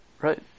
Right